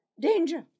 Danger